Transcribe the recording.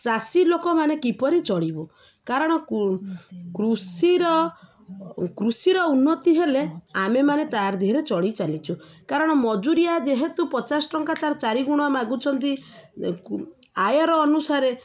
ଚାଷୀ ଲୋକମାନେ କିପରି ଚଳିବୁ କାରଣ କୃଷିର କୃଷିର ଉନ୍ନତି ହେଲେ ଆମେମାନେ ତାର ଧିହରେ ଚଢ଼ି ଚାଲିଚୁ କାରଣ ମଜୁରିଆ ଯେହେତୁ ପଚାଶ ଟଙ୍କା ତାର ଚାରି ଗୁଣ ମାଗୁଛନ୍ତି ଆୟର ଅନୁସାରେ